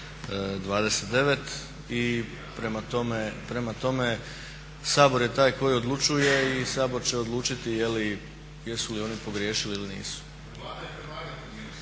29. i prema tome Sabor je taj koji odlučuje i Sabor će odlučiti jesu li oni pogriješili ili nisu.